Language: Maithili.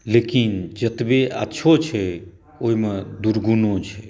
लेकिन जतबे अच्छो छै ओहिमे दुर्गुणो छै